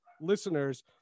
listeners